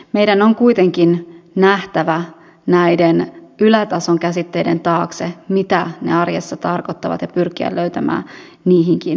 meidän on kuitenkin nähtävä näiden ylätason käsitteiden taakse mitä ne arjessa tarkoittavat ja pyrkiä löytämään niihinkin vastaukset